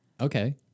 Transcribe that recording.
Okay